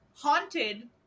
haunted